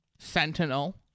sentinel